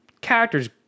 Characters